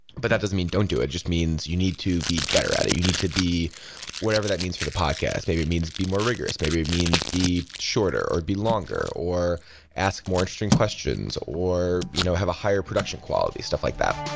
but that doesn't mean don't do it. it just means you need to be better at it. you need to be whatever that means for the podcast. maybe it means be more rigorous. maybe it means be shorter or be longer or ask more interesting questions or you know have a higher production quality, stuff like that.